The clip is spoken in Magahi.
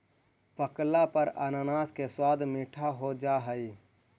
पकला पर अनानास के स्वाद मीठा हो जा हई